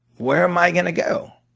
where am i gonna go?